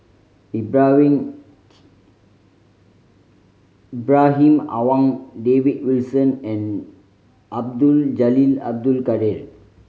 Ibrahim Ibrahim Awang David Wilson and Abdul Jalil Abdul Kadir